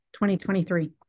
2023